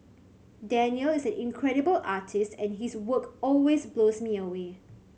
Danial is an incredible artist and his work always blows me away